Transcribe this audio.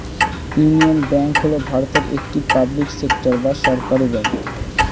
union Bank হল ভারতের একটি পাবলিক সেক্টর বা সরকারি ব্যাঙ্ক